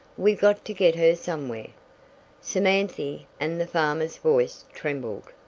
we got to get her somewhere. samanthy! and the farmer's voice trembled,